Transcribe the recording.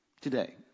today